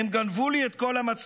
הם גנבו לי את כל המצלמות".